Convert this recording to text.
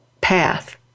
path